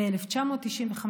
ב-1995,